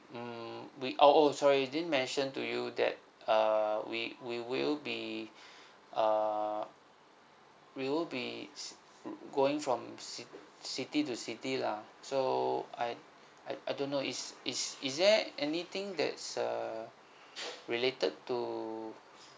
mm we oh oh sorry didn't mention to you that uh we we will be err we will be ci~ going from ci~ city to city lah so I I I don't know is is is there anything that's uh related to